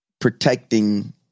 protecting